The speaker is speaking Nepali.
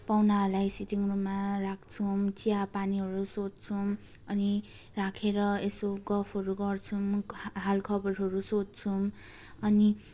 पाहुनाहरूलाई सिटिङ रुममा राख्छौँ चियापानीहरू सोध्छौँ अनि राखेर यसो गफहरू गर्छौँ हालखबरहरू सोध्छौँ अनि